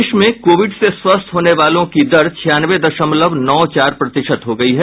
देश में कोविड से स्वस्थ होने वालों की दर छियानवे दशमलव नौ चार प्रतिशत हो गई है